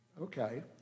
Okay